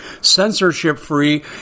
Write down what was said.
censorship-free